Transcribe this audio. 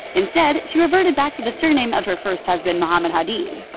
instead, she reverted back to the surname of her first husband, mohamed hadid.